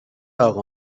اقا